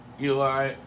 Eli